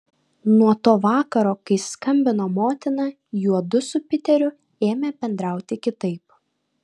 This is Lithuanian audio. nuo to vakaro kai skambino motina juodu su piteriu ėmė bendrauti kitaip